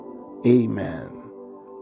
Amen